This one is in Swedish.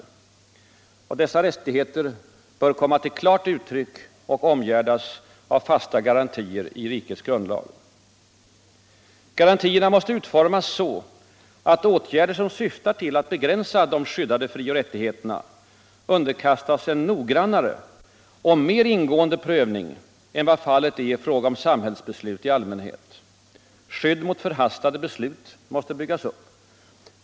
Dessa rättigheter bör komma till klart uttryck och omgärdas med fasta garantier i rikets grundlag. Garantierna måste utformas så att åtgärder som syftar till att begränsa de skyddade frioch rättigheterna underkastas en noggrannare och mer ingående prövning än vad fallet är i fråga om samhällsbeslut i allmänhet. Skydd mot förhastade beslut måste byggas upp.